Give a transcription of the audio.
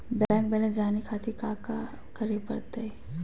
Bank balance जाने खातिर काका करे पड़तई?